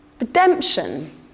redemption